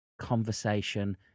conversation